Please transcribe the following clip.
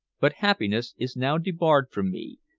but happiness is now debarred from me,